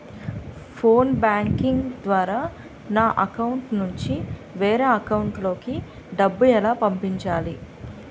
Phone banking ద్వారా నా account నుంచి వేరే అకౌంట్ లోకి డబ్బులు ఎలా పంపించాలి?